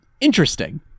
interesting